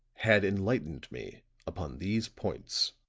had enlightened me upon these points.